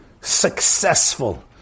successful